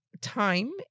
time